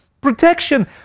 protection